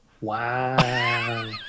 Wow